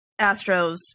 Astros